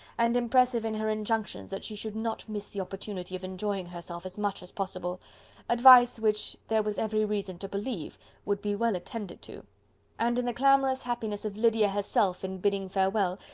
and impressive in her injunctions that she should not miss the opportunity of enjoying herself as much as possible advice which there was every reason to believe would be well attended to and in the clamorous happiness of lydia herself in bidding farewell,